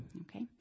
okay